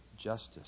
justice